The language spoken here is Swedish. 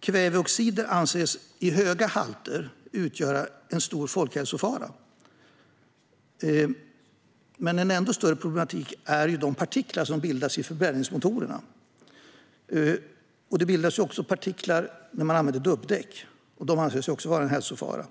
Kväveoxider i höga halter anses utgöra en stor folkhälsofara. En ännu större problematik är de partiklar som bildas i förbränningsmotorerna. Det bildas också partiklar när man använder dubbdäck, och de anses också vara en hälsofara.